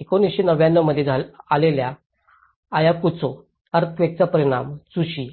1999 मध्ये आलेल्या अयाकुचो अर्थक्वेकचा परिणाम चुशी